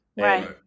Right